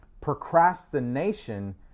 procrastination